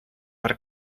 per